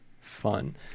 fun